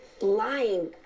lying